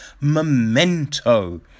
Memento